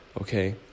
Okay